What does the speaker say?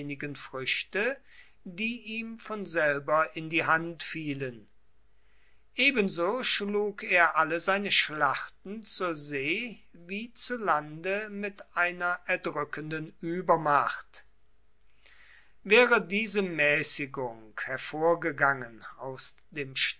früchte die ihm von selber in die hand fielen ebenso schlug er alle seine schlachten zur see wie zu lande mit einer erdrückenden übermacht wäre diese mäßigung hervorgegangen aus